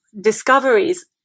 discoveries